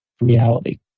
reality